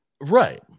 Right